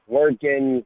working